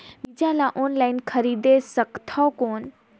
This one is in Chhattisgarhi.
बीजा ला ऑनलाइन खरीदे सकथव कौन?